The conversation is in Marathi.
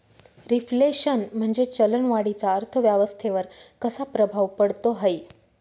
रिफ्लेशन म्हणजे चलन वाढीचा अर्थव्यवस्थेवर कसा प्रभाव पडतो है?